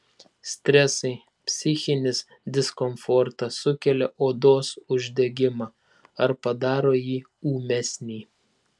stresai psichinis diskomfortas sukelia odos uždegimą ar padaro jį ūmesnį